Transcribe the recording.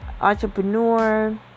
entrepreneur